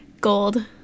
Gold